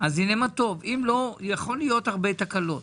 אז הנה מה טוב, אם לא, יכול להיות הרבה תקלות.